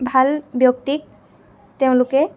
ভাল ব্য়ক্তিক তেওঁলোকে